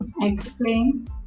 explain